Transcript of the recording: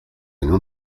nią